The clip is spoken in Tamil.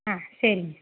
ஆ சரிங்க